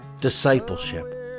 Discipleship